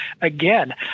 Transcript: Again